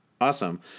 Awesome